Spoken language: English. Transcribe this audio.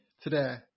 today